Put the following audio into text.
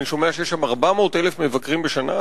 אני שומע שיש שם 400,000 מבקרים בשנה,